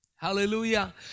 Hallelujah